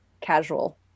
casual